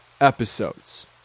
episodes